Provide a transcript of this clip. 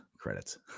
credits